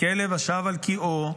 ככלב השב על קיאו,